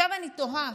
אני תוהה,